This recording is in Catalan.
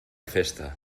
festa